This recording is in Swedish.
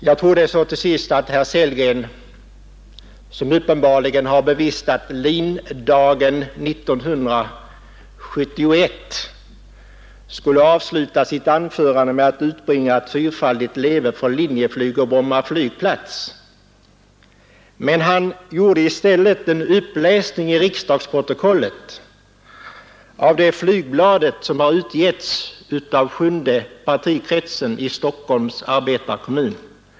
Jag trodde att herr Sellgren, som uppenbarligen har bevistat LIN-da gen 1971, skulle avsluta sitt anförande med att utbringa ett fyrfaldigt leve för Linjeflyg och Bromma flygplats. Men han gjorde i stället en uppläsning till riksdagsprotokollet av det flygblad som har utgetts av sjunde partikretsen i Stockholms arbetarekommun.